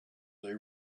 they